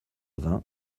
vingt